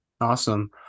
Awesome